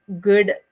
good